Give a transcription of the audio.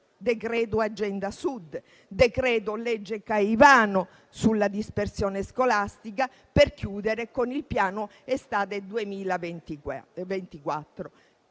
decreto Agenda Sud, il decreto-legge Caivano sulla dispersione scolastica, per chiudere con il Piano estate 2024.